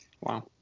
Wow